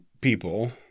people